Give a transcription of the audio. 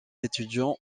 étudiants